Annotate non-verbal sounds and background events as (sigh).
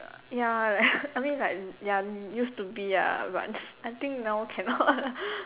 ya (laughs) I mean like ya used to be ah but (laughs) I think now cannot (laughs)